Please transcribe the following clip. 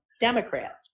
Democrats